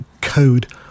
code